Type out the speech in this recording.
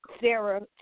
Sarah